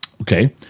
Okay